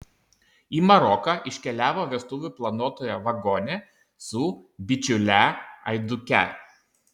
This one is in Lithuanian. į maroką iškeliavo vestuvių planuotoja vagonė su bičiule aiduke